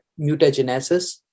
mutagenesis